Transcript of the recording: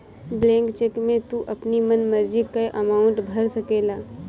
blank cheque में तू अपनी मन मर्जी कअ अमाउंट भर सकेला